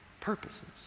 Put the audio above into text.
purposes